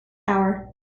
hour